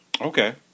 Okay